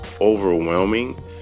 overwhelming